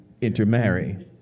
intermarry